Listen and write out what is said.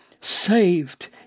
saved